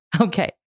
Okay